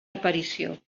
aparició